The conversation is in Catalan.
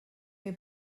que